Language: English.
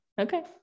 Okay